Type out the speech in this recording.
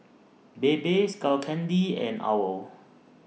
Bebe Skull Candy and OWL